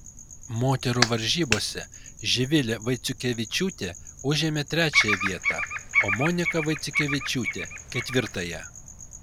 moterų varžybose živilė vaiciukevičiūtė užėmė trečiąją vietą o monika vaiciukevičiūtė ketvirtąją